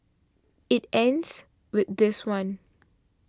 it ends with this one